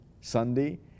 Sunday